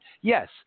Yes